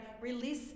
release